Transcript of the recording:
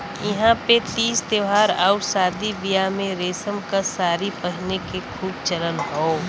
इहां पे तीज त्यौहार आउर शादी बियाह में रेशम क सारी पहिने क खूब चलन हौ